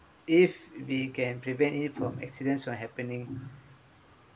if we can prevent it from accidents from happening